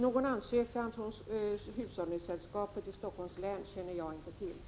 Någon ansökan från hushållningssällskapet i Helsingforss län känner jag inte till.